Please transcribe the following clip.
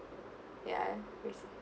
ya